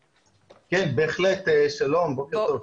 כן, בהחלט, שלום, בוקר טוב.